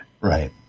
Right